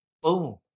Boom